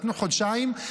נתנו חודשיים,